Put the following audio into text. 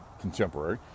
contemporary